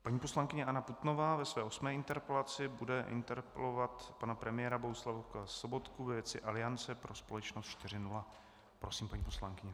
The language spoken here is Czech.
Paní poslankyně Anna Putnová ve své osmé interpelaci bude interpelovat pana premiéra Bohuslava Sobotku ve věci Aliance pro Společnost 4.0. Prosím, paní poslankyně.